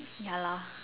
ya lor